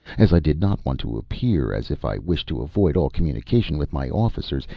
as i did not want to appear as if i wished to avoid all communication with my officers,